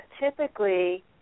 typically